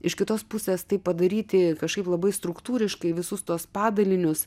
iš kitos pusės tai padaryti kažkaip labai struktūriškai visus tuos padalinius